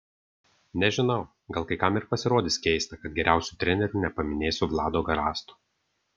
nežinau gal kai kam ir pasirodys keista kad geriausiu treneriu nepaminėsiu vlado garasto